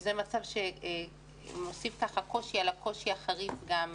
זה מצב שמוסיף קושי על הקושי החריף גם